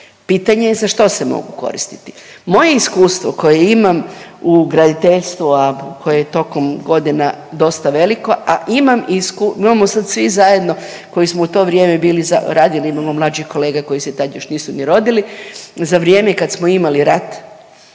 Pitanje je za što se mogu koristiti. Moje iskustvo koje imam u graditeljstvu, a koje je tokom godina dosta veliko, a imam i .../nerazumljivo/... imamo sad svi zajedno koji smo u to vrijeme bili .../nerazumljivo/... radili, imamo mlađih kolega koji se tad još nisu ni rodili, za vrijeme kad smo imali rat.